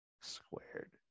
squared